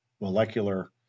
molecular